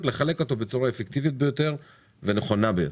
לחלק אותו בצורה האפקטיבית ביותר והנכונה ביותר.